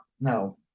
No